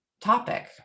topic